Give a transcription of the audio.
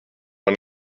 man